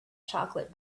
chocolate